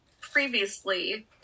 previously